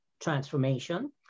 transformation